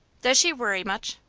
does she worry much?